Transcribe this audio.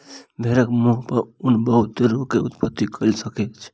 भेड़क मुख पर ऊन बहुत रोग के उत्पत्ति कय सकै छै